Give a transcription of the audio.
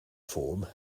form